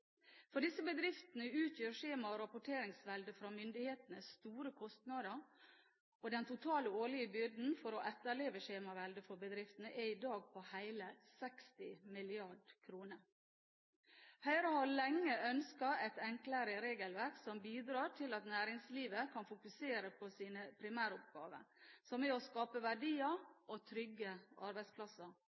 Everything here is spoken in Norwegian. For disse bedriftene utgjør skjema- og rapporteringsveldet fra myndighetene store kostnader. Den totale årlige byrden for å etterleve skjemaveldet for bedriftene er i dag på hele 60 mrd. kr. Høyre har lenge ønsket et enklere regelverk som bidrar til at næringslivet kan fokusere på sine primæroppgaver, som er å skape verdier og trygge arbeidsplasser.